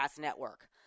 network